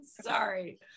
sorry